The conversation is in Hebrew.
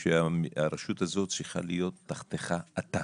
שהרשות הזאת צריכה להיות תחתיך, אתה.